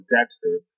Dexter